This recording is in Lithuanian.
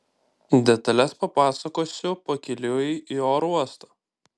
detales papasakosiu pakeliui į oro uostą